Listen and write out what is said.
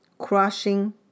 crushing